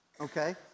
okay